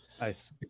nice